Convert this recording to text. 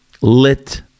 lit